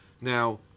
Now